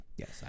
Yes